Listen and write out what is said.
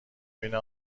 بینه